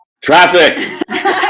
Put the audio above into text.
Traffic